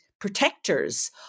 protectors